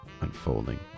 unfolding